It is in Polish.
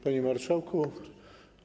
Panie Marszałku!